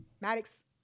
Maddox